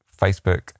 Facebook